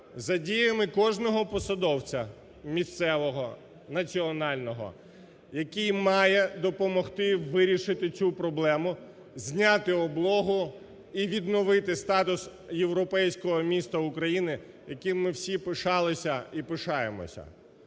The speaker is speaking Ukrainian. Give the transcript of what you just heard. за діями кожного посадовця: місцевого, національного, який має допомогти вирішити цю проблему, зняти облогу і відновити статус європейського міста України, яким ми всі пишалися і пишаємося.